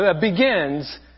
begins